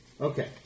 Okay